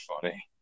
funny